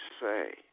say